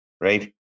right